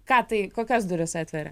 ką tai kokias duris atveria